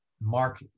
Mark